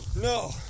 No